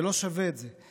זה לא שווה את זה.